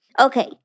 okay